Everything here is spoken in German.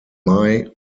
mai